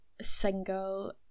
single